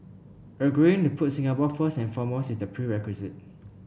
agreeing to put Singapore first and foremost is the prerequisite